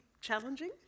challenging